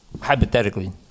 Hypothetically